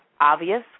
obvious